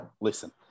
listen